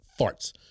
farts